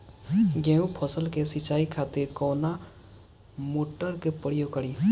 गेहूं फसल के सिंचाई खातिर कवना मोटर के प्रयोग करी?